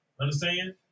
Understand